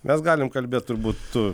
mes galim kalbėt turbūt tu